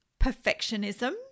perfectionism